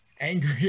angry